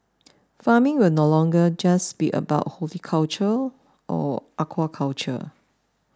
farming will no longer just be about horticulture or aquaculture